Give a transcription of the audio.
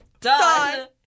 Done